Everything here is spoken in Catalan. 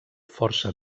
força